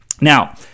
now